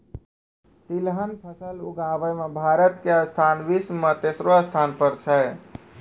तिलहन फसल उगाबै मॅ भारत के स्थान विश्व मॅ तेसरो स्थान पर छै